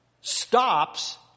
stops